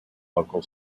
local